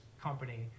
company